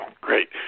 Great